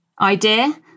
idea